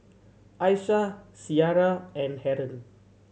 Aishah Syirah and Haron